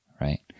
Right